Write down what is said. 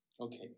Okay